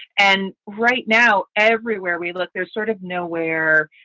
and right now, everywhere we look, there's sort of nowhere.